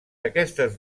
aquestes